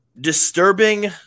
disturbing